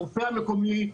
הרופא המקומי,